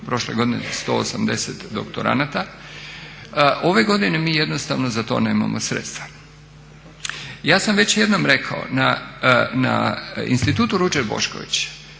prošle godine 180 doktoranata, ove godine mi jednostavno za to nemamo sredstva. Ja sam već jednom rekao na Institutu Ruđer Bošković,